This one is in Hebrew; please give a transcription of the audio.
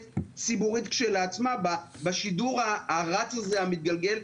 ציבורית כשלעצמה בשידור הרץ הזה המתגלגל.